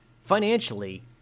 financially